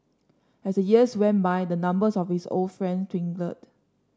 as the years went by the numbers of his old friends dwindled